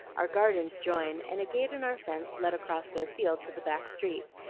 our gardens join, and a gate in our fence led across their field to the back street,